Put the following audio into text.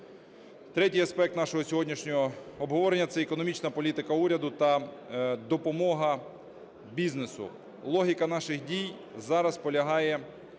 Третій аспект нашого сьогоднішнього обговорення – це економічна політика уряду та допомога бізнесу. Логіка наших дій зараз полягає